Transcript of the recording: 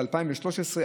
ב-2013.